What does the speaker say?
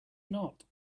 not